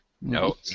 No